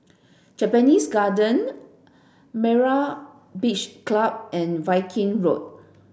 Japanese Garden Myra Beach Club and Viking Road